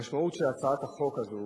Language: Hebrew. המשמעות של הצעת החוק הזאת